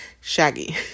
Shaggy